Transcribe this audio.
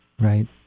right